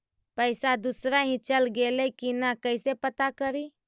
पैसा दुसरा ही चल गेलै की न कैसे पता करि?